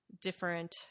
different